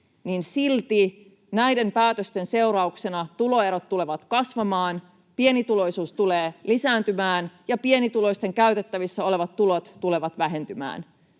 silti näiden päätösten seurauksena tuloerot tulevat kasvamaan, pienituloisuus tulee lisääntymään ja pienituloisten käytettävissä olevat tulot tulevat vähentymään.